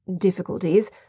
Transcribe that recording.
difficulties